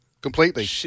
completely